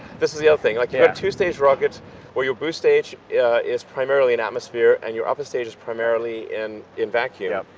this is the other thing like, you've got two-stage rockets where your boost stage yeah is primarily in atmosphere, and your upper stage is primarily in in vacuum,